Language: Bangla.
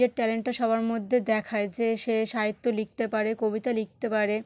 নিজের ট্যালেন্টটা সবার মধ্যে দেখায় যে সে সাহিত্য লিখতে পারে কবিতা লিখতে পারে